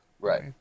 Right